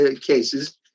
cases